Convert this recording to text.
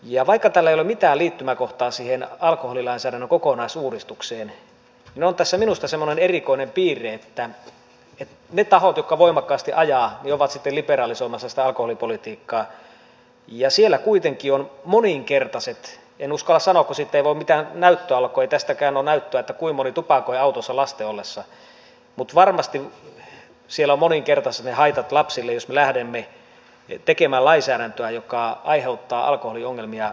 ja vaikka tällä ei ole mitään liittymäkohtaa alkoholilainsäädännön kokonaisuudistukseen niin on tässä minusta semmoinen erikoinen piirre että ne tahot jotka voimakkaasti ajavat ovat sitten liberalisoimassa sitä alkoholipolitiikkaa ja siellä kuitenkin on moninkertaiset en uskalla sanoa kun siitä ei voi mitään näyttöä olla kun ei tästäkään ole näyttöä kuinka moni tupakoi autossa lasten ollessa haitat lapsille jos me lähdemme tekemään lainsäädäntöä joka aiheuttaa alkoholiongelmia entistäkin enemmän